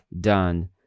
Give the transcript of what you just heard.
done